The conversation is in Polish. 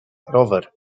rower